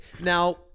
Now